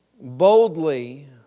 boldly